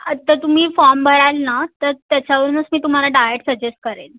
आत्ता तुम्ही फॉर्म भराल ना तर त्याच्यावरुनच मी तुम्हाला डायट सजेस्ट करेन